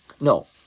No